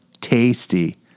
tasty